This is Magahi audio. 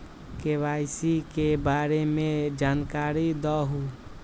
के.वाई.सी के बारे में जानकारी दहु?